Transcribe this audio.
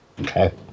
Okay